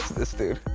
this dude.